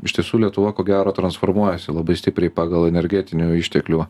iš tiesų lietuva ko gero transformuojasi labai stipriai pagal energetinių išteklių